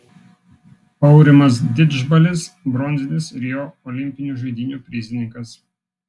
aurimas didžbalis bronzinis rio olimpinių žaidynių prizininkas